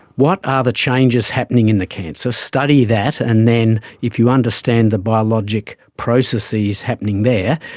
what are the changes happening in the cancer, study that, and then if you understand the biologic processes happening there,